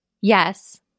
Yes